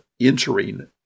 entering